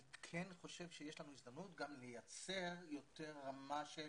אני כן חושב שיש לנו הזדמנות גם לייצר יותר רמה של